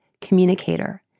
communicator